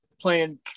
playing